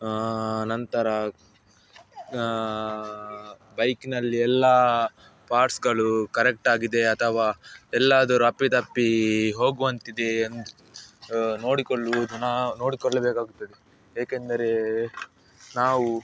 ನಂತರ ಬೈಕ್ನಲ್ಲಿ ಎಲ್ಲ ಪಾರ್ಟ್ಸ್ಗಳು ಕರೆಕ್ಟಾಗಿದೆ ಅಥವಾ ಎಲ್ಲಾದರೂ ಅಪ್ಪಿತಪ್ಪಿ ಹೋಗುವಂತಿದೆಯೇ ಎಂದು ನೋಡಿಕೊಳ್ಳುವುದು ನಾವು ನೋಡಿಕೊಳ್ಳಬೇಕಾಗುತ್ತದೆ ಏಕೆಂದರೆ ನಾವು